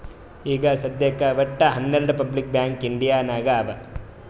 ಈಗ ಸದ್ಯಾಕ್ ವಟ್ಟ ಹನೆರ್ಡು ಪಬ್ಲಿಕ್ ಬ್ಯಾಂಕ್ ಇಂಡಿಯಾ ನಾಗ್ ಅವಾ